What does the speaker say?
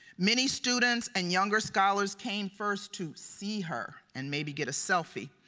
many students and younger scholars came first to see her and maybe get a selfie.